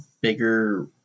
bigger –